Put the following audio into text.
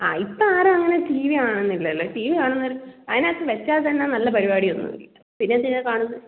ആ ഇപ്പം ആരാണ് അങ്ങനെ ടി വി കാണുന്നില്ലല്ലോ ടി വി കാണുന്നവർ അതിനകത്ത് വെച്ചാൽ തന്നെ നല്ല പരിപാടിയൊന്നുമില്ല പിന്നെന്തിനാണ് കാണുന്നത്